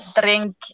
drink